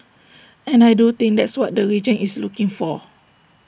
and I do think that's what the region is looking for